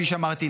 כפי שאמרתי,